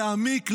להעמיק,